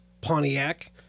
Pontiac